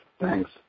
Thanks